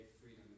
freedom